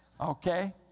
okay